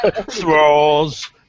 Throws